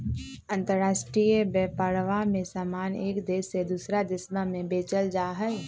अंतराष्ट्रीय व्यापरवा में समान एक देश से दूसरा देशवा में बेचल जाहई